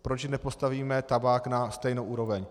Proč nepostavíme tabák na stejnou úroveň?